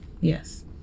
Yes